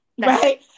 Right